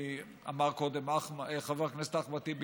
אמר קודם חבר הכנסת אחמד טיבי,